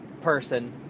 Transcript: person